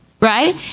right